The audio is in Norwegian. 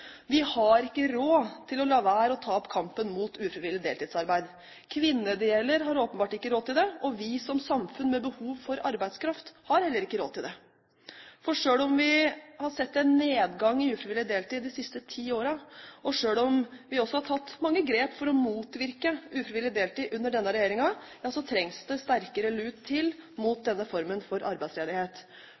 Vi har ikke råd til å la være å ta opp kampen mot ufrivillig deltidsarbeid. Kvinnene det gjelder har åpenbart ikke råd til det, og vi som samfunn med behov for arbeidskraft, har heller ikke råd til det. Selv om vi har sett en nedgang i ufrivillig deltid de siste ti årene, og selv om vi også har tatt mange grep for å motvirke ufrivillig deltid under denne regjeringen, må det sterkere lut til mot denne formen for arbeidsledighet.